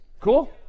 Cool